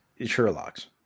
Sherlock's